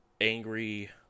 angry